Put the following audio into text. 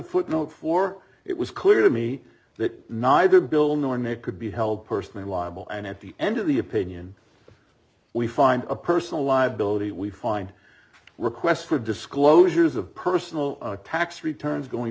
footnote four it was clear to me that neither bill nor nick could be held personally liable and at the end of the opinion we find a personal liability we find requests for disclosures of personal tax returns going